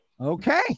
Okay